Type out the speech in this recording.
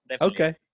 Okay